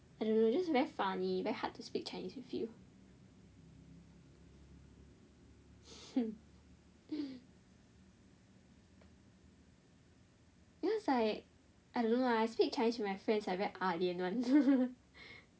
I don't know just very funny very hard to speak chinese with you ya it's like I don't know lah I speak chinese with my friends I very ah lian [one]